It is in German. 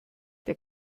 der